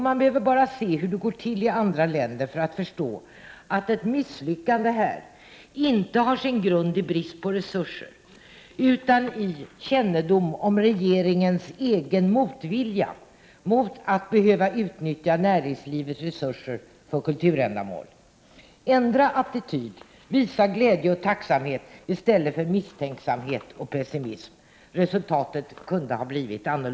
Man behöver bara se hur det går till i andra länder för att förstå att ett misslyckande här inte har sin grund i brist på resurser utan i kännedom om regeringens egen motvilja mot att behöva utnyttja näringslivets resurser för kulturändamål. Ändra attityd. Visa glädje och tacksamhet i stället för misstänksamhet och pessimism. Resultatet kunde ha blivit ett annat.